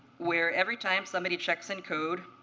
where every time somebody checks in code,